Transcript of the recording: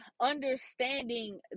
understanding